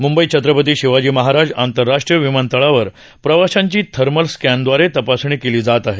मं ई छत्रपती शिवाजी महाराज आंतरराष्ट्रीय विमानतळावर प्रवाशांची थर्मल स्कॅनरदवारे तपासणी केली जात आहे